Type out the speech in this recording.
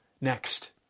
Next